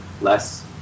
less